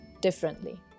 differently